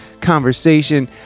conversation